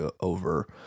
over